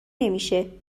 نمیشه